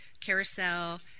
Carousel